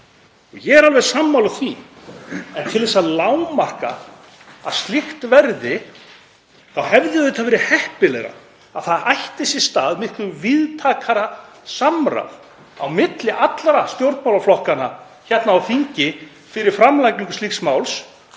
Ég er alveg sammála því. Til að lágmarka að slíkt verði þá hefði auðvitað verið heppilegra að það ætti sér stað miklu víðtækara samráð á milli allra stjórnmálaflokka hér á þingi fyrir framlagningu slíks máls,